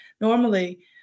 normally